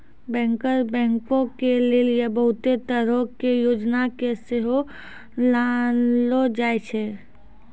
banker बैंको के लेली बहुते तरहो के योजना के सेहो लानलो जाय छै